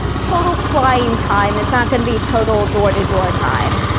total flying time, it's not gonna be total door-to-door time,